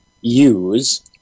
use